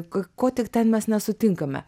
ko tik ten mes nesutinkame